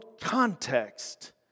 context